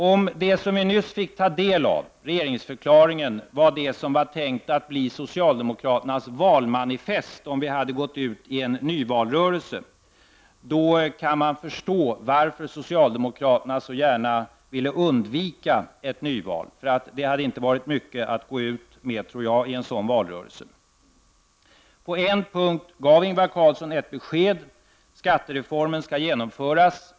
Om det som vi nyss fick ta del av, regeringsförklaringen, var det som var tänkt att bli socialdemokraternas valmanifest om vi hade gått ut i en nyvalrörelse, då kan man förstå varför socialdemokraterna så gärna ville undvika ett nyval. Detta hade nämligen inte varit mycket att gå ut med i en valrörelse. På en punkt gav Ingvar Carlsson ett besked — skattereformen skall genomföras.